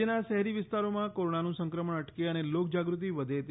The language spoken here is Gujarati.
રાજ્યના શહેરી વિસ્તારોમાં કોરોનાનું સંક્રમણ અટકે અને લોક જાગૃતિ વધે તે